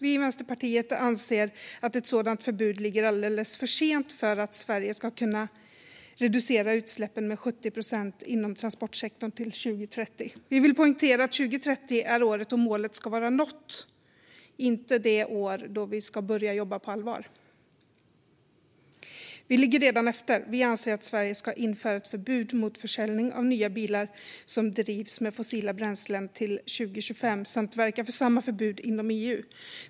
Vi i Vänsterpartiet anser att ett sådant förbud kommer alldeles för sent för att Sverige ska kunna reducera utsläppen inom transportsektorn med 70 procent till 2030. Vi vill poängtera att 2030 är det år då målet ska vara nått, inte det år då vi ska börja jobba på allvar. Vi ligger redan efter. Vi anser att Sverige ska införa ett förbud mot försäljning av nya bilar som drivs med fossila bränslen till 2025 samt verka för samma förbud inom EU.